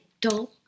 dull